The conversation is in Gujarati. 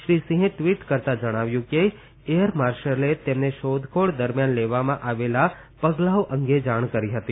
શ્રી સિંહે ટવીટ કરતાં જણાવ્યું કે એયર માર્શલે તેમને શોધખોળ દરમિયાન લેવામાં આવેલા પગલાંઓ અંગે જાણ કરી હતી